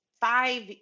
five